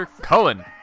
Cullen